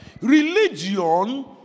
religion